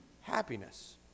happiness